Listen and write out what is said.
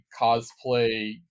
cosplay